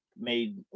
made